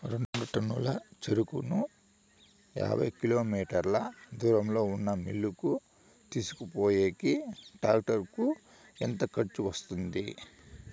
రెండు టన్నుల చెరుకును యాభై కిలోమీటర్ల దూరంలో ఉన్న మిల్లు కు తీసుకొనిపోయేకి టాక్టర్ కు ఎంత ఖర్చు వస్తుంది?